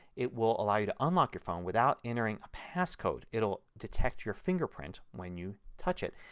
it will allow you to unlock your phone without entering a passcode. it will detect your fingerprint when you touch it.